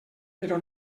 però